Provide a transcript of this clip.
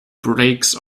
breaks